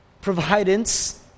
Providence